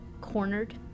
cornered